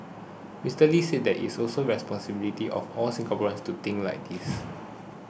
Mister Lee said that it is also the responsibility of all Singaporeans to think like this